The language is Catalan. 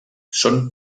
són